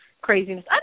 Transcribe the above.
craziness